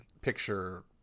picture